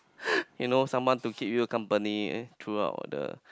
you know someone to keep you company throughout the